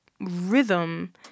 rhythm